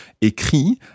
écrit